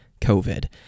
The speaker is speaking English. COVID